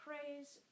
praise